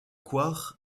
coire